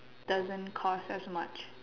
doesn't cost as much